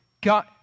God